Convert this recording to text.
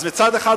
אז מצד אחד,